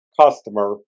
customer